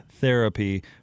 Therapy